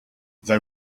they